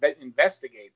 investigate